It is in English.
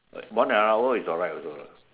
one hour is alright also lah